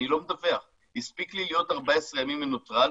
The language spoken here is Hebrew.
אני לא מדווח, הספיק לי להיות 14 ימים מנוטרל.